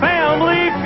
Family